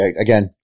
again